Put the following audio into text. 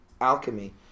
alchemy